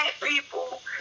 people